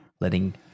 letting